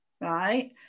right